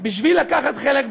בשביל לקחת חלק ברשימה.